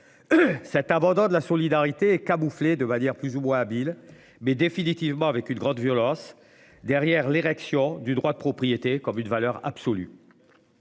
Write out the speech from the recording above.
un bandeau de la solidarité camoufler de manière plus ou moins. Mais définitivement avec une grande violence. Derrière l'érection du droit de propriété comme une valeur absolue.